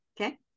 Okay